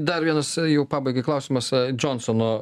dar vienas jau pabaigai klausimas džonsono